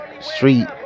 street